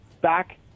back